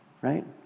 right